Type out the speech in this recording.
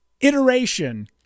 iteration